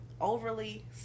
overly